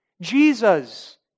Jesus